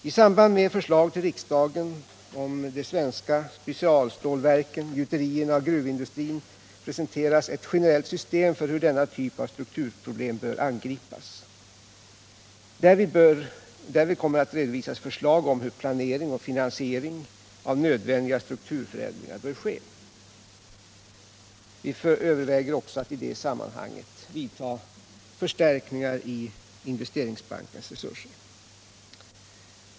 I samband med förslag till riksdagen om de svenska specialstålverken, gjuterierna och gruvindustrin presenteras ett generellt system för hur denna typ av strukturproblem bör angripas. Därvid kommer att redovisas förslag om hur planering och finansiering av nödvändiga strukturförändringar bör ske. Vi överväger också att i det sammanhanget vidta förstärkningar av Investeringsbankens resurser.